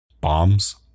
bombs